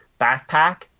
backpack